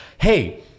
Hey